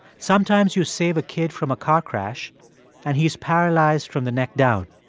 sometimes you save a kid from a car crash and he is paralyzed from the neck down.